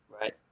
Right